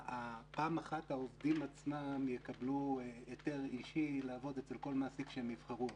פעם אחת העובדים עצמם יקבלו היתר אישי לעבוד אצל כל מעסיק שהם יבחרו בו,